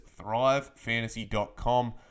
thrivefantasy.com